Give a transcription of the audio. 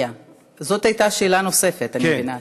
זאת הייתה שאלה נוספת, אני מבינה.